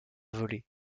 volé